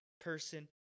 person